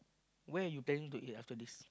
where you intending to eat after this